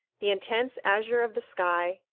the intense azure of the sky,